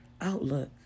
outlook